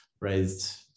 raised